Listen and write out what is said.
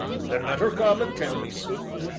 then let er come and tell me so.